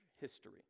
history